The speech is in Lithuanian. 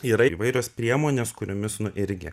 yra įvairios priemonės kuriomis nu irgi